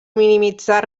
minimitzar